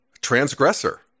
transgressor